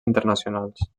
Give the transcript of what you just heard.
internacionals